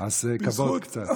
אז קצת כבוד.